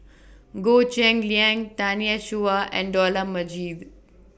Goh Cheng Liang Tanya Chua and Dollah Majid